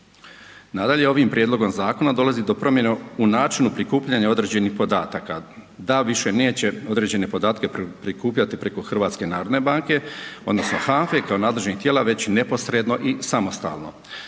Nadalje, ovim prijedlogom zakona dolazi do promjene u načinu prikupljanja određenih podataka. DAB više neće određene podatke prikupljati preko HNB-a odnosno HANFE kao nadležnih tijela već neposredno i samostalno.